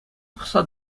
пӑхса